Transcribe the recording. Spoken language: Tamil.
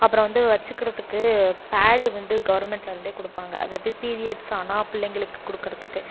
அப்புறம் வந்து வச்சிக்கிறதுக்கு பேட் வந்து கவர்மெண்ட்லேருந்தே கொடுப்பாங்க அதாவது பீரியட்ஸ் ஆனால் பிள்ளைங்களுக்கு கொடுக்கறதுக்கு